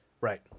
Right